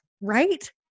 right